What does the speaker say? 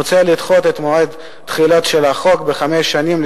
מוצע לדחות את מועד תחילתו של החוק בחמש שנים,